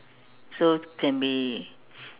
so can be